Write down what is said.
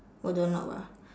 oh doorknob ah